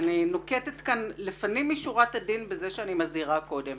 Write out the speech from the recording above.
אני נוקטת כאן לפנים משורת הדין בזה שאני מזהירה קודם.